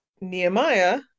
Nehemiah